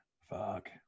Fuck